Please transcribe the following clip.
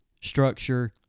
Structure